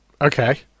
Okay